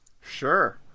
Sure